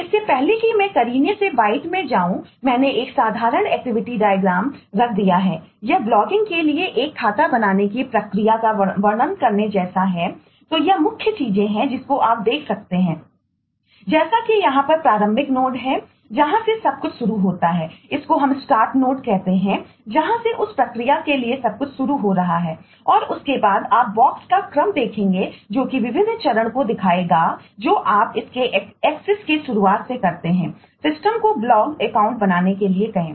इससे पहले कि मैं करीने से बाइट में जाऊं मैंने एक एक साधारण एक्टिविटी डायग्राम बनाने के लिए कहें